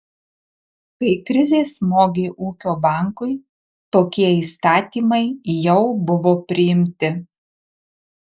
kai krizė smogė ūkio bankui tokie įstatymai jau buvo priimti